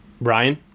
Brian